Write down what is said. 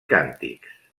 càntics